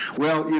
well,